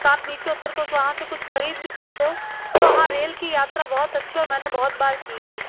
तो आप नीचे उतर कर उसे वहाँ से कुछ ख़रीद भी सकते हो तो हाँ रेल की यात्रा बहुत अच्छी और मैंने बहुत बार की है